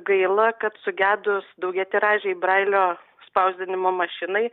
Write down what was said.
gaila kad sugedus daugiatiražei brailio spausdinimo mašinai